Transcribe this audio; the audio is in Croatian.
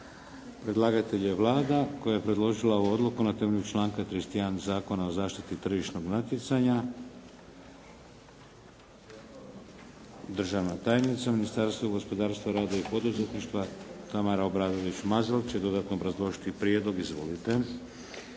Predlagatelj je Vlada koja je predložila ovu odluku na temelju članka 31. Zakona o zaštiti tržišnog natjecanja. Državna tajnica, Ministarstvo gospodarstva, rada i poduzetništva Tamara Obradović Mazal će dodatno obrazložiti prijedlog. Izvolite.